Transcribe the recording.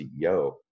CEO